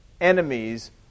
enemies